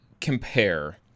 compare